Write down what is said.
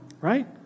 right